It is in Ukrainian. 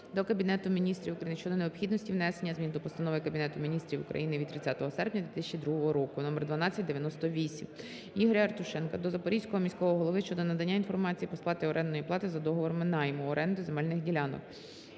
до Кабінету Міністрів України щодо необхідності внесення змін до постанови Кабінету Міністрів України від 30 серпня 2002 року № 1298. Ігоря Артюшенка до Запорізького міського голови щодо надання інформації по сплаті орендної плати за договорами найму (оренди) земельних ділянок.